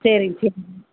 சரிங்க சரிங்க